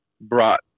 brought